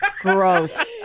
Gross